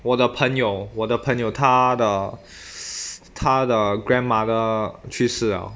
我的朋友我的朋友他的他的 grandmother 去世了